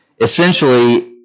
essentially